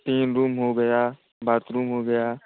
तीन रूम हो गया बाथरूम हो गया